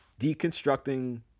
deconstructing